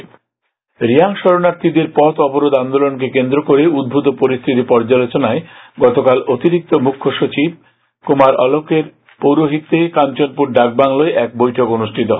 কাঞ্চনপুর বৈঠক রিয়াং শরণার্থীদের পথ অবরোধ আন্দোলনকে কেন্দ্র করে উদ্ভুত পরিস্থিতি পর্যালোচনায় গতকাল অতিরিক্ত মুখ্যসচিব কুমার আলোকের পৌরোহিত্যে কাঞ্চনপুর ডাকবাংলোয় এক বৈঠক অনুষ্ঠিত হয়